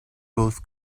both